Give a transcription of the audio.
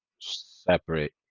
separate